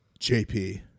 JP